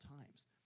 times